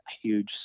huge